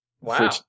Wow